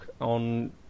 on